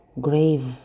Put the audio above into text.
grave